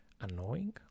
annoying